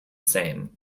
same